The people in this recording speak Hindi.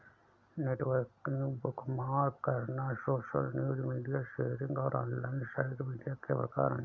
नेटवर्किंग, बुकमार्क करना, सोशल न्यूज, मीडिया शेयरिंग और ऑनलाइन साइट मीडिया के प्रकार हैं